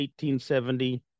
1870